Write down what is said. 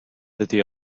dydy